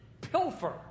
Pilfer